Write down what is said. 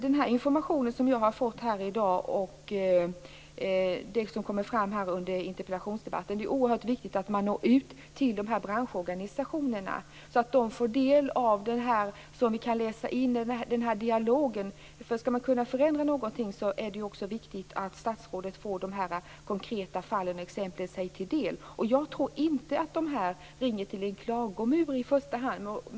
Den information som jag har fått här i dag och det som kommer fram under interpellationsdebatten är det oerhört viktigt att man når ut med till branschorganisationerna så att de får del av den här dialogen. Skall man kunna förändra någonting är det viktigt att också statsrådet får de konkreta fallen och exemplen sig till del. Jag tror inte att dessa företag ringer till en klagomur i första hand.